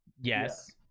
yes